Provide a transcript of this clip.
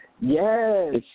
Yes